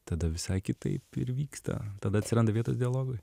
tada visai kitaip ir vyksta tada atsiranda vietos dialogui